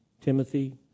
Timothy